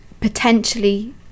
potentially